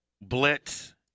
Blitz